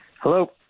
Hello